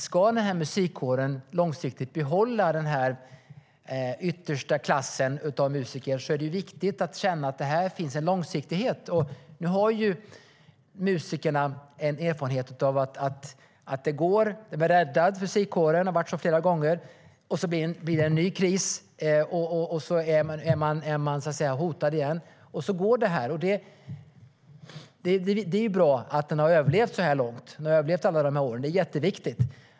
Ska musikkåren långsiktigt behålla den yttersta klassen av musiker är det viktigt att det känns att det finns en långsiktighet. Musikerna har nu erfarenhet av att det går och att musikkåren blir räddad - det har varit så flera gånger - men sedan blir det en ny kris, och så är man hotad igen. Så fortsätter det. Det är bra att musikkåren har överlevt alla dessa år - det är jätteviktigt.